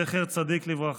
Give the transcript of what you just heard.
זכר צדיק לברכה.